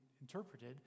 interpreted